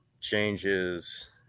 changes